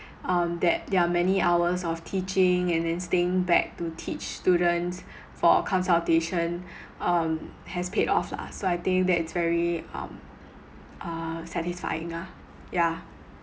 um that their many hours of teaching and then staying back to teach students for consultation um has paid off lah so I think that is very um uh satisfying ah yeah